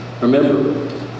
Remember